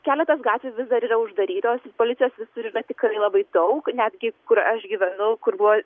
keletas gatvių vis dar yra uždarytos policijos visur yra tikrai labai daug netgi kur aš gyvenu kur buvo